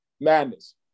Madness